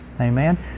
Amen